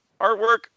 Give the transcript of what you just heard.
Artwork